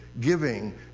giving